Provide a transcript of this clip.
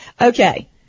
Okay